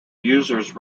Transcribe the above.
users